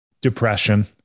depression